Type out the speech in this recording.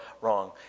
wrong